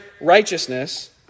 righteousness